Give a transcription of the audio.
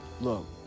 Look